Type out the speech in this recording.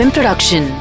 Production